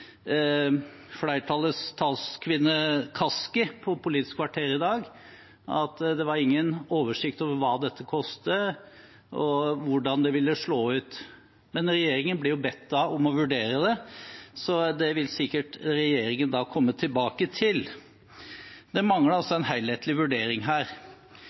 var ingen oversikt over hva dette koster, og hvordan det ville slå ut, men regjeringen blir jo bedt om å vurdere det, så det vil sikkert regjeringen komme tilbake til. Det mangler altså en helhetlig vurdering her.